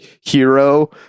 hero